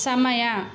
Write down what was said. ಸಮಯ